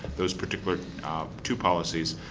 those particular two policies,